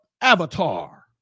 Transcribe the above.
avatar